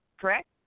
Correct